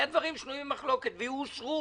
היו דברים שנויים במחלוקת והם אושרו.